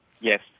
Yes